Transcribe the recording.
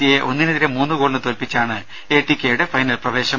സിയെ ഒന്നിനെതിരെ മൂന്നു ഗോളിന് തോല്പിച്ചാണ് എ ടി കെയുടെ ഫൈനൽ പ്രവേശം